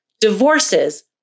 divorces